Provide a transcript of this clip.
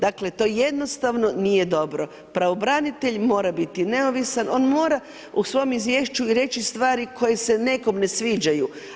Dakle to jednostavno nije dobro, pravobranitelj mora biti neovisan, on mora u svom izvješću reći stvari koje se nekome ne sviđaju.